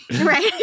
Right